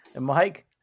Mike